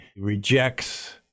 rejects